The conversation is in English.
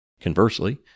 Conversely